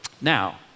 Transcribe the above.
Now